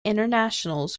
internationals